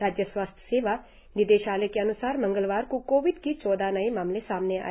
राज्य स्वास्थ्य सेवा निदेशालय के अन्सार मंगलवार को कोविड की चौदह नए मामले सामने आए